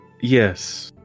Yes